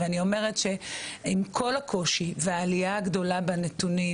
ואני אומרת שעם כל הקושי והעלייה הגדולה בנתונים,